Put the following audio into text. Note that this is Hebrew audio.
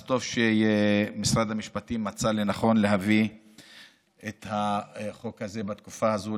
טוב שמשרד המשפטים מצא לנכון להביא את החוק הזה בתקופה הזאת,